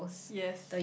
yes